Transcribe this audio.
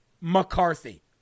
McCarthy